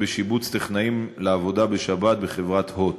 בשיבוץ טכנאים לעבודה בשבת בחברת "הוט".